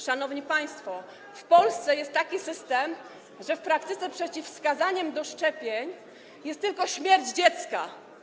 Szanowni państwo, w Polsce jest taki system, że w praktyce przeciwwskazaniem do szczepień jest tylko śmierć dziecka.